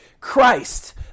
Christ